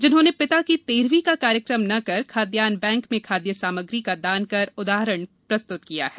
जिन्होंने पिता की तेरहवीं का कार्यक्रम न कर खाद्यान्न बैंक में खाद्य सामग्री का दान कर उदाहरण प्रस्तुत किया है